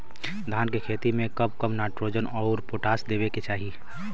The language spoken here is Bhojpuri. धान के खेती मे कब कब नाइट्रोजन अउर पोटाश देवे के चाही?